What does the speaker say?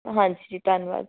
ਹਾਂਜੀ ਜੀ ਧੰਨਵਾਦ ਜੀ